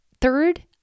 third